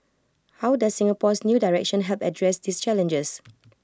how does Singapore's new direction help address these challenges